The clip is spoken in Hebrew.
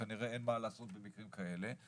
כנראה אין מה לעשות במקרים כאלה,